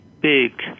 big